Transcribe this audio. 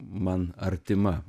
man artima